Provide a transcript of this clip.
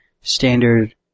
standard